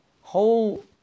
whole